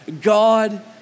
God